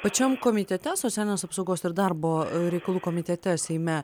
pačiam komitete socialinės apsaugos ir darbo reikalų komitete seime